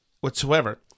whatsoever